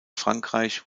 frankreich